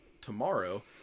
tomorrow